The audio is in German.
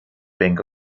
bank